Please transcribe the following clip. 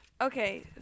Okay